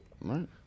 Right